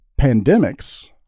Pandemics